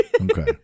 okay